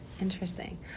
Interesting